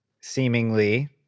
seemingly